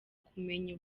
kumenya